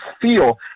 feel